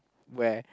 where